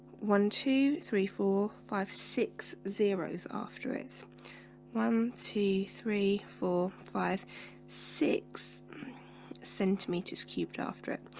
one two three four five six zeros after it one two three four five six centimetres cubed after it,